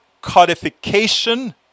codification